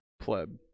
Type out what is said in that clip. Pleb